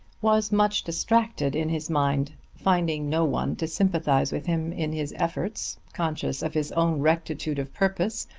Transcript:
was much distracted in his mind, finding no one to sympathise with him in his efforts, conscious of his own rectitude of purpose,